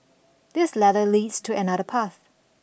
this ladder leads to another path